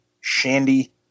Shandy